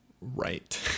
right